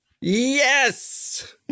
Yes